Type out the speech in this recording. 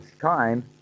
time